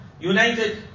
united